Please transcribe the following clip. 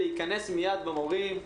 להיכנס מיד במורים,